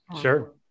Sure